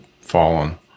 fallen